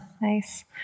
Nice